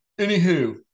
anywho